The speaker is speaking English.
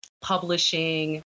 publishing